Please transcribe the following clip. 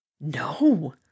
No